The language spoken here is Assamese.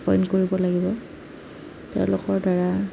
এপইণ্ট কৰিব লাগিব তেওঁলোকৰদ্বাৰা